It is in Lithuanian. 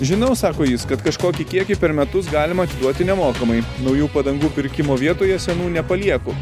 žinau sako jis kad kažkokį kiekį per metus galima atiduoti nemokamai naujų padangų pirkimo vietoje senų nepalieku